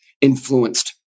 influenced